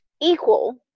equal